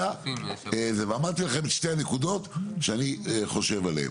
ואמרתי לכם את שתי הנקודות שאני חושב עליהן.